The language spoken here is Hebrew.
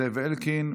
זאב אלקין,